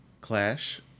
Clash